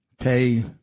pay